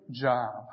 job